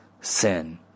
sin